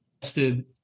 tested